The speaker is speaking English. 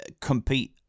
compete